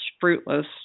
fruitless